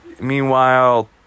Meanwhile